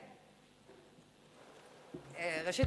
ראשית,